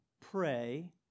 pray